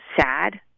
sad